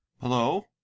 hello